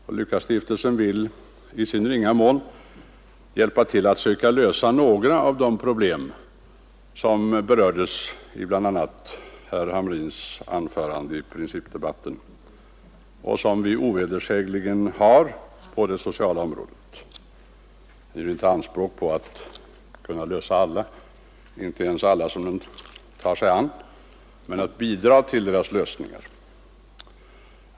S:t Lukasstiftelsen vill i sin ringa mån hjälpa till att söka lösa några av de problem som berördes i bl.a. herr Hamrins anförande i principdebatten och som vi ovedersägligen har på det sociala området. Den gör inte anspråk på att kunna lösa alla problem — inte ens alla som den tar sig an — men den vill bidra till deras lösningar.